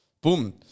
boom